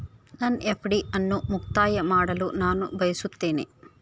ನನ್ನ ಎಫ್.ಡಿ ಅನ್ನು ಮುಕ್ತಾಯ ಮಾಡಲು ನಾನು ಬಯಸುತ್ತೇನೆ